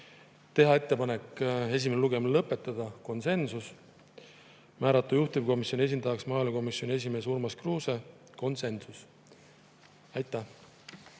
teha ettepanek esimene lugemine lõpetada – konsensus – ja määrata juhtivkomisjoni esindajaks maaelukomisjoni esimees Urmas Kruuse – ka konsensus. Aitäh!